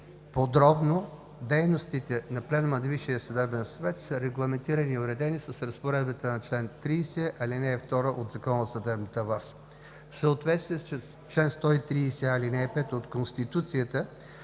Подробно дейностите на Пленума на Висшия съдебен съвет са регламентирани и уредени с разпоредбите на чл. 30, ал. 2 от Закона за съдебната власт. В съответствие с чл. 130, ал. 5 от Конституцията